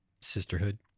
sisterhood